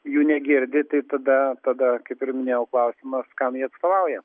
jų negirdi tai tada tada kaip ir minėjau klausimas kam jie atstovauja